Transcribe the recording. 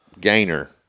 gainer